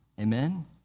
Amen